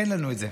אין לנו את זה.